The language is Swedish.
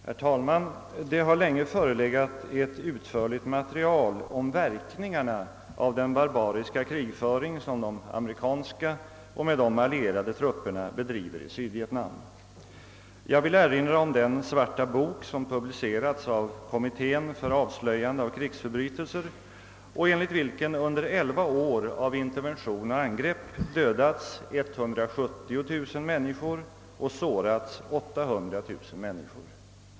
Herr talman! Det har länge förelegat ett utförligt material om verkningarna av den barbariska krigföring som de amerikanska och med dem allierade trupperna bedriver i Sydvietnam. Jag vill erinra om den Svarta bok som publicerats av Kommittén för avslöjande av krigsförbrytelser och enligt vilken under elva år av intervention och angrepp dödats 170 000 människor och sårats 800 000 människor.